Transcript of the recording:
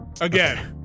again